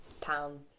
pound